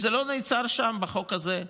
זה לא נעצר שם, בחוק הזה.